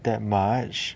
that much